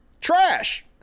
trash